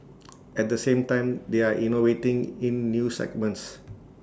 at the same time they are innovating in new segments